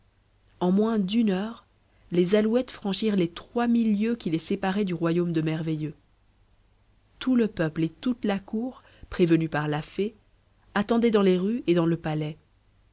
en moins d'une heure les alouettes franchirent les trois mille lieues qui les séparaient du royaume de merveilleux tout le peuple et toute la cour prévenus par la fée attendaient dans les rues et dans le palais